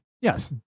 Yes